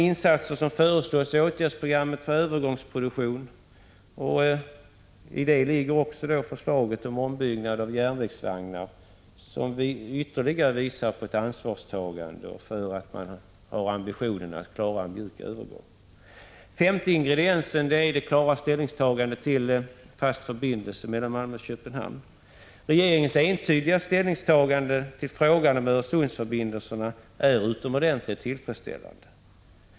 Insatserna för övergångsproduktion och ombyggnad av järnvägsvagnar visar ytterligare på ett ansvarstagande för en mjuk övergång. 5. Regeringen tar klar ställning för en fast förbindelse mellan Malmö och Köpenhamn. Detta entydiga ställningstagande till frågan om Öresundsförbindelserna är utomordentligt tillfredsställande.